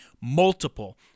multiple